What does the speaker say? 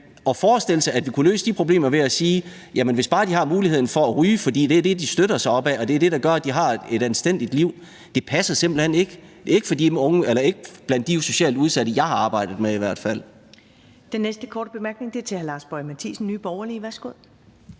at forestille sig, at vi kunne løse de problemer ved at sige, at hvis bare de har muligheden for at ryge, for det er det, de støtter sig op ad, og det er det, der gør, at de har et anstændigt liv, så er det godt, duer simpelt hen ikke – ikke blandt de socialt udsatte, jeg har arbejdet med i hvert fald.